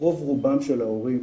רוב רובם של ההורים